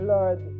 Lord